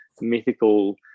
mythical